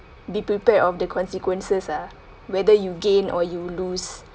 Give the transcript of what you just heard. be prepared of the consequences ah whether you gain or you lose